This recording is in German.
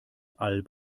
all